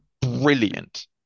brilliant